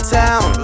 town